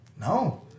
No